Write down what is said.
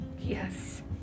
yes